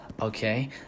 okay